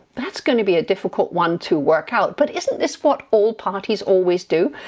that's going to be a difficult one to work out, but isn't this what all parties, always do?